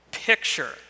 Picture